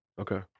Okay